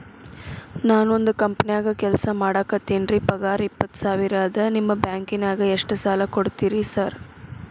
ನಾನ ಒಂದ್ ಕಂಪನ್ಯಾಗ ಕೆಲ್ಸ ಮಾಡಾಕತೇನಿರಿ ಪಗಾರ ಇಪ್ಪತ್ತ ಸಾವಿರ ಅದಾ ನಿಮ್ಮ ಬ್ಯಾಂಕಿನಾಗ ಎಷ್ಟ ಸಾಲ ಕೊಡ್ತೇರಿ ಸಾರ್?